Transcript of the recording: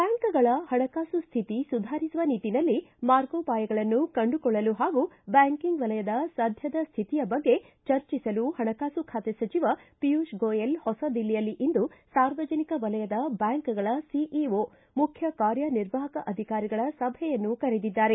ಬ್ಡಾಂಕ್ಗಳ ಹಣಕಾಸು ಸ್ವಿತಿ ಸುಧಾರಿಸುವ ನಿಟ್ಟನಲ್ಲಿ ಮಾರ್ಗೋಪಾಯಗಳನ್ನು ಕಂಡುಕೊಳ್ಳಲು ಪಾಗೂ ಬ್ವಾಂಕಿಂಗ್ ವಲಯದ ಸದ್ದದ ಸ್ವಿತಿಯ ಬಗ್ಗೆ ಚರ್ಚಿಸಲು ಪಣಕಾಸು ಖಾತೆ ಸಚಿವ ಪಿಯೂಷ್ ಗೋಯಲ್ ಹೊಸ ದಿಲ್ಲಿಯಲ್ಲಿ ಇಂದು ಸಾರ್ವಜನಿಕ ವಲಯದ ಬ್ಯಾಂಕ್ಗಳ ಸಿಇಒ ಮುಖ್ಯ ಕಾರ್ಯ ನಿರ್ವಾಪಕ ಅಧಿಕಾರಿಗಳ ಸಭೆಯನ್ನು ಕರೆದಿದ್ದಾರೆ